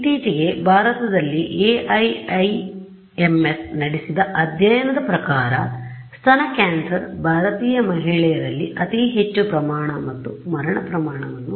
ಇತ್ತೀಚೆಗೆ ಭಾರತದಲ್ಲಿ AIIMS ನಡೆಸಿದ ಅಧ್ಯಯನದ ಪ್ರಕಾರ ಸ್ತನ ಕ್ಯಾನ್ಸರ್ ಭಾರತೀಯ ಮಹಿಳೆಯರಲ್ಲಿ ಅತಿ ಹೆಚ್ಚು ಪ್ರಮಾಣ ಮತ್ತು ಮರಣಪ್ರಮಾಣವನ್ನು ಹೊಂದಿದೆ